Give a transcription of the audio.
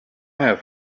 have